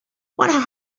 one